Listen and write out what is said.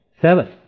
seven